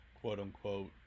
quote-unquote